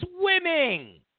swimming